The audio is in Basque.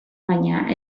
baina